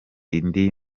indi